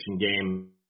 game